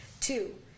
Two